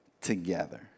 together